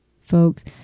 folks